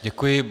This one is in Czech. Děkuji.